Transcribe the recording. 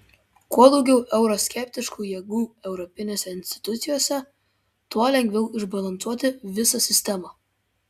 kuo daugiau euroskeptiškų jėgų europinėse institucijose tuo lengviau išbalansuoti visą sistemą